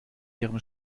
ihrem